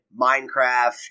Minecraft